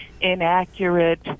inaccurate